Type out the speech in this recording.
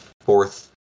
fourth